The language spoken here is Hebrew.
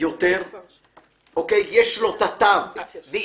הם דבר